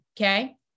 okay